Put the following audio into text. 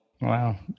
Wow